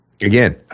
again